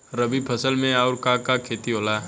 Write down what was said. रबी मौसम में आऊर का का के खेती होला?